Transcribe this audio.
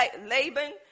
Laban